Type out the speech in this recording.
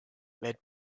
led